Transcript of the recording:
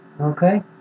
okay